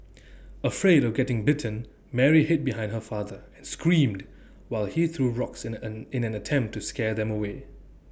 afraid of getting bitten Mary hid behind her father and screamed while he threw rocks and an in an attempt to scare them away